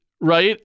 right